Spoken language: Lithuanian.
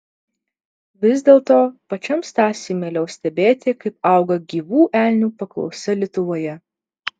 vis dėlto pačiam stasiui mieliau stebėti kaip auga gyvų elnių paklausa lietuvoje